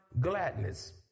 gladness